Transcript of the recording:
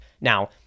Now